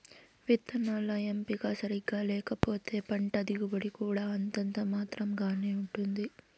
విత్తనాల ఎంపిక సరిగ్గా లేకపోతే పంట దిగుబడి కూడా అంతంత మాత్రం గానే ఉంటుంది